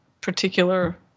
particular